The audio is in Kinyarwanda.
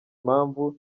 mpamvu